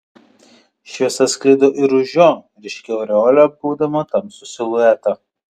šviesa sklido ir už jo ryškia aureole apgaubdama tamsų siluetą